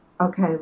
okay